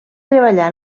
treballar